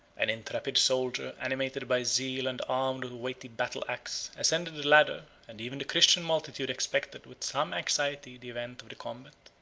an intrepid soldier, animated by zeal, and armed with a weighty battle-axe, ascended the ladder and even the christian multitude expected, with some anxiety, the event of the combat.